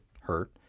hurt